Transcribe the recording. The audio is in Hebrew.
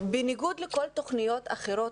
בניגוד לכל התוכניות האחרות,